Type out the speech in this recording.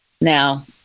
Now